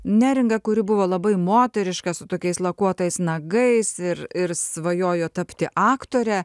neringa kuri buvo labai moteriška su tokiais lakuotais nagais ir ir svajojo tapti aktore